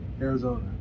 Arizona